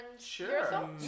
Sure